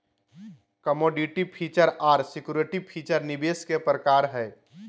commodity feature आर security feature निवेश के प्रकार हय